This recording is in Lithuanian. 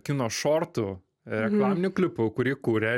kino šortų reklaminiu klipu kurį kūrė